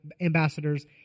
ambassadors